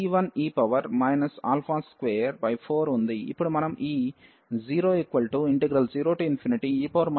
ఇప్పుడు మనం ఈ 00e x2dx అని గమనించాము